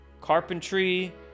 carpentry